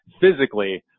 physically